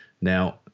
now